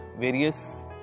various